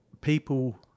people